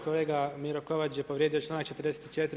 Kolega Miro Kovač je povrijedio članak 44.